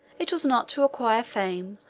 it was not to acquire fame,